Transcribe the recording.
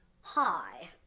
Hi